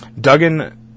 Duggan